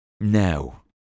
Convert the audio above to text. now